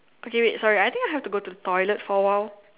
okay wait sorry I think I have to go to toilet for a while